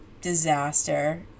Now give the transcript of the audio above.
disaster